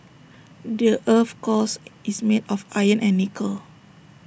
the Earth's cores is made of iron and nickel